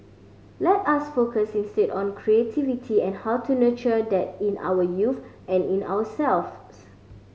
let us focus instead on creativity and how to nurture that in our youth and in ourselves